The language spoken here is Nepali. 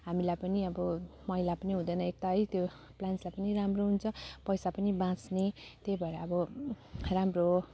हामीलाई पनि अब मैला पनि हुँदैन एक त है त्यो प्लान्ट्सलाई पनि राम्रो हुन्छ पैसा पनि बाँच्ने त्यही भएर अब राम्रो